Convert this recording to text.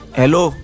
hello